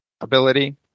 ability